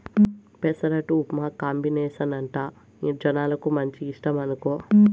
పెసరట్టు ఉప్మా కాంబినేసనంటే జనాలకు మంచి ఇష్టమనుకో